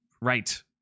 right